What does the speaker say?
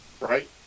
Right